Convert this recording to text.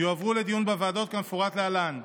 יועברו לדיון בוועדות כמפורט להלן: